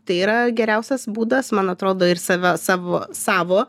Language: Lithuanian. tai yra geriausias būdas man atrodo ir save savo savo